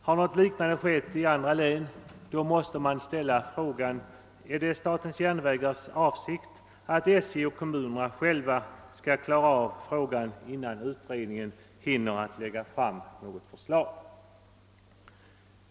Har något liknande skett i andra län, måste man ställa frågan: Är det statens järnvägars avsikt att SJ och kommunerna själva skall klara av frågan, innan utredningen hinner framlägga något förslag?